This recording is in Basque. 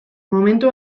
momentu